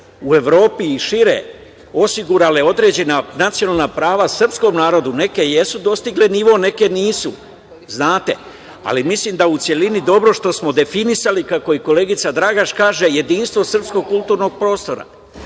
u Evropi i šire osigurale određena nacionalna prava srpskom narodu? Neke jesu dostigle nivo, neke nisu. Mislim da u celini je dobro što smo definisali, kako koleginica Dragaš kaže jedinstvo srpskog kulturnog prostora.